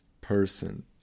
person